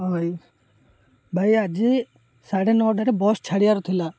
ହଁ ଭାଇ ଭାଇ ଆଜି ସାଢ଼େ ନଅଟାରେ ବସ୍ ଛାଡ଼ିିବାର ଥିଲା